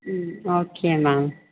ம் okay ma'am